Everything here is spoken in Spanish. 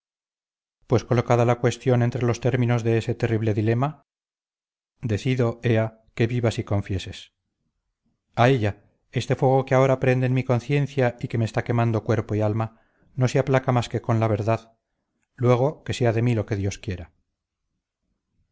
pues colocada la cuestión entre los términos de ese terrible dilema decido ea que vivas y confieses a ella este fuego que ahora prende en mi conciencia y que me está quemando cuerpo y alma no se aplaca más que con la verdad luego que sea de mí lo que dios quiera